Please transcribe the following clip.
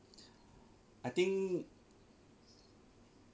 I think